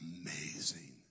amazing